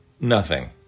Nothing